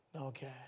Okay